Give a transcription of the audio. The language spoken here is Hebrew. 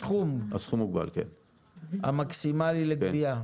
הסכום המקסימאלי לגבייה.